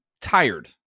tired